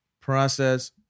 Process